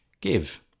give